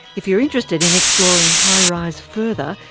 if you're interested in exploring high-rise further,